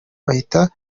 bahitaga